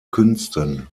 künsten